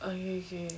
ookay okay